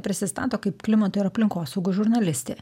prisistato kaip klimato ir aplinkosaugos žurnalistė